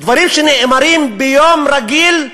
ודברים שנאמרים ביום רגיל,